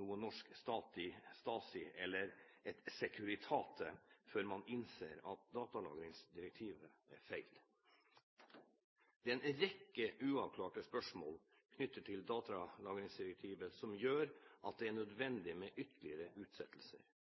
noe norsk Stasi eller et Securitate før man innser at datalagringsdirektivet er feil. Det er en rekke uavklarte spørsmål knyttet til datalagringsdirektivet som gjør at det er